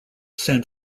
san